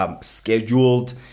Scheduled